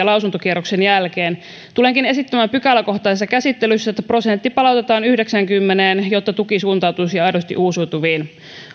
lausuntokierroksen jälkeen tulenkin esittämään pykäläkohtaisessa käsittelyssä että prosentti palautetaan yhdeksäänkymmeneen jotta tuki suuntautuisi aidosti uusiutuviin